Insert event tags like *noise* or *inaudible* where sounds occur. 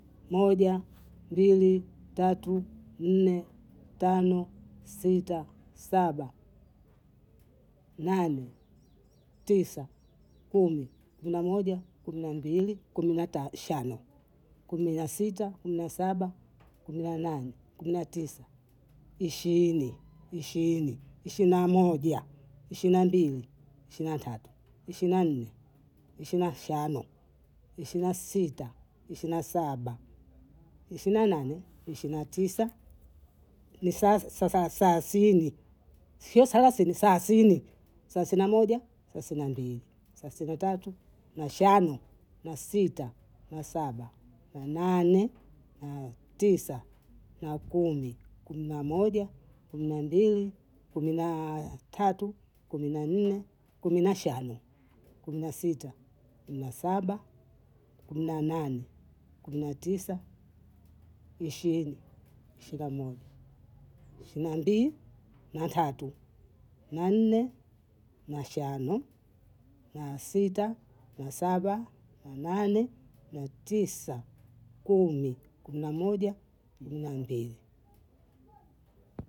Moja, mbili, tatu, nne, tano, sita, saba, nane, tisa, kumi, kumi na moja, kumi na mbili, kumi nata shana, kumi na sita, kumi na saba, kumi na nane, kumi na tisa, ishiini, ishiina moja, ishina mbili, ishina tatu, ishina nne, ishina shaano, ishina sita, ishina saba, ishina nane, ishina tisa, *hesitation* saasini sio salasini saasini, saasina moja, saasina mbili, saasina tatu, na shaano, na sita, na saba, na nane, na tisa, na kumi, kumi na moja, kumi na mbili, kumi na *hesitation* tatu, kumi na nne, kumi na shaano, kumi na sita, kumi na saba, kumi na nane, kumi na tisa, ishiini, ishina moja, ishina mbi, *hesitation* na tatu, na nne, na shaano, na sita, na saba, na nane, na tisa, kumi, kumi na moja, kumi na mbili.